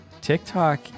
TikTok